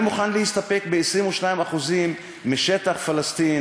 אני מוכן להסתפק ב-22% משטח פלסטין